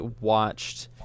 watched